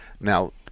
Now